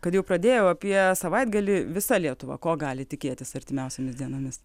kad jau pradėjau apie savaitgalį visa lietuva ko gali tikėtis artimiausiomis dienomis